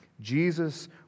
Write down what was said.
Jesus